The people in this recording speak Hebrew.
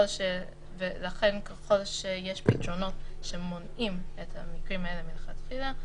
ולכן ככל שיש פתרונות שמונעים את המקרים האלה מלכתחילה,